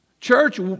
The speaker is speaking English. Church